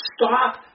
stop